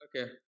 Okay